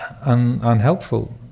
unhelpful